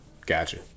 Gotcha